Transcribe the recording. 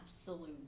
absolute